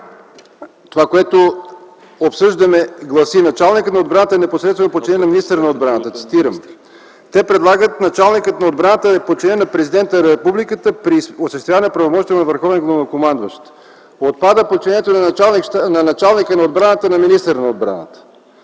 Това, което обсъждаме, гласи: „Началникът на отбраната е непосредствено подчинен на министъра на отбраната”. Те предлагат Началника на отбраната да е подчинен на Президента на Републиката при осъществяване правомощията му на върховен главнокомандващ. Отпада подчинението на началника на отбраната на министъра на отбраната.